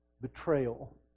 betrayal